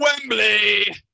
Wembley